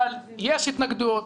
אבל יש התנגדויות,